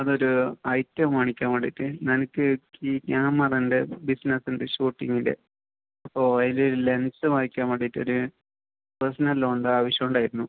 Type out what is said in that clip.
അതൊരു ഐറ്റം മേടിക്കാൻ വേണ്ടിയിട്ട് നെനക്ക് ഈ ക്യാമറേൻ്റെ ബിസ്സിനസുണ്ട് ഷൂട്ടിങിൻ്റെ അപ്പോൾ അതിൽ ലെൻസ് വാങ്ങിക്കാൻ വേണ്ടിയിട്ടൊരു പേസ്ണൽ ലോണിൻ്റെ ആവശ്യം ഉണ്ടായിരുന്നു